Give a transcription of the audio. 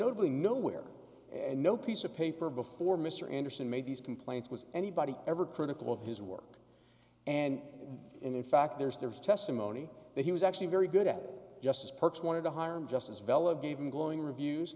notably nowhere and no piece of paper before mr anderson made these complaints was anybody ever critical of his work and in fact there's there's testimony that he was actually very good at justice perks wanted to hire him just as vela gave him glowing reviews